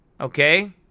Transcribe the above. Okay